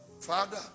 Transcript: Father